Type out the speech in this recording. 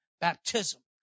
baptism